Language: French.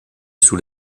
sous